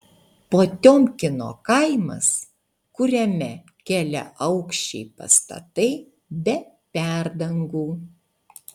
potiomkino kaimas kuriame keliaaukščiai pastatai be perdangų